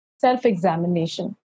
self-examination